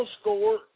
score